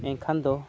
ᱮᱱᱠᱷᱟᱱ ᱫᱚ